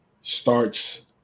Starts